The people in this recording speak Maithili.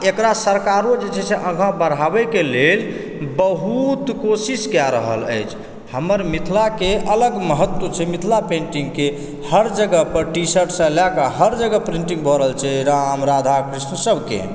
एकरा सरकारो जे छै से आगाँ बढ़ाबैके लेल बहुत कोशिश कए रहल अछि हमर मिथिलाके अलग महत्व छै मिथिला पेंटिङ्गके हर जगह पर टीशर्टसँ लए कऽ हर जगह प्रिंटिङ्ग भए रहल छै राम राधा कृष्ण सबकेँ